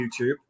YouTube